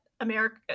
america